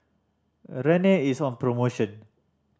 Rene is on promotion